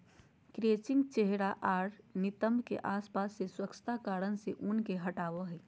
crutching चेहरा आर नितंब के आसपास से स्वच्छता कारण से ऊन के हटावय हइ